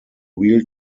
real